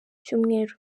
cyumweru